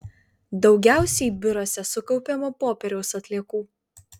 daugiausiai biuruose sukaupiama popieriaus atliekų